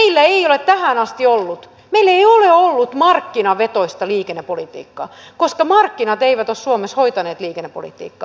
meillä ei ole tähän asti ollut markkinavetoista liikennepolitiikkaa koska markkinat eivät ole suomessa hoitaneet liikennepolitiikkaa